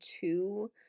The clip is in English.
two